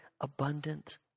abundant